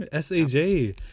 Saj